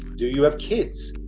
do you have kids?